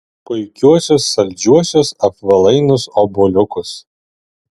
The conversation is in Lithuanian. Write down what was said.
puikiuosius saldžiuosius apvalainus obuoliukus